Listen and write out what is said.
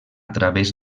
través